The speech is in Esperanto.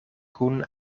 kun